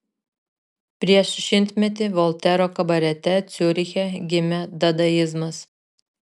prieš šimtmetį voltero kabarete ciuriche gimė dadaizmas